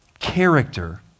Character